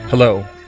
Hello